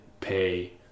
pay